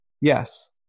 Yes